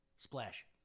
Splash